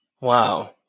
Wow